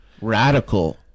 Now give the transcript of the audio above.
radical